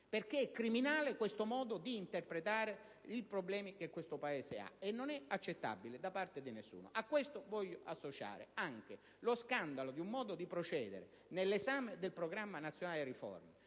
Criminale è questo modo di interpretare i problemi del Paese: non è accettabile, da parte di nessuno. A ciò voglio associare anche lo scandalo di un modo di procedere nell'esame del Programma nazionale di riforma,